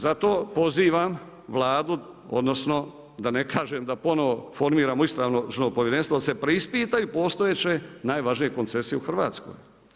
Zato pozivam Vladu, odnosno da ne kažem da ponovno formiramo istražno povjerenstvo da se preispitaju postojeće najvažnije koncesije u Hrvatskoj.